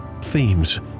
themes